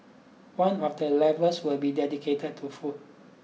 one of the levels will be dedicated to food